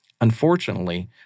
Unfortunately